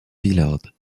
villard